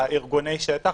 ארגוני השטח,